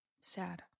sad